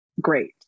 great